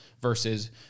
versus